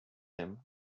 them